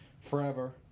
forever